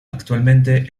actualmente